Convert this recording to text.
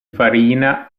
farina